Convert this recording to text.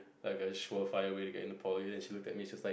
like a surefire way to get into Poly then she look at me she was like